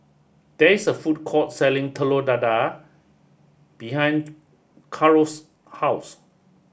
there is a food court selling Telur Dadah behind Caro's house